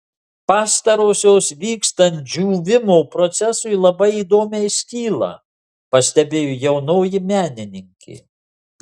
pastarosios vykstant džiūvimo procesui labai įdomiai skyla pastebėjo jaunoji menininkė